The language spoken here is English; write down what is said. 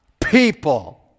people